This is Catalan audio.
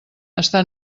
està